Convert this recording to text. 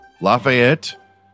Lafayette